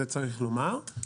את זה צריך לומר,